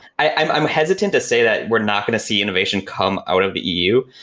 i'm i'm hesitant to say that we're not going to see innovation come out of the eu.